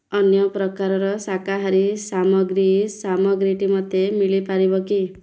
ଅନ୍ୟ ପ୍ରକାରର ଶାକାହାରୀ ସାମଗ୍ରୀ ସାମଗ୍ରୀଟି ମୋତେ ମିଳିପାରିବ କି